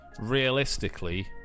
realistically